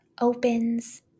opens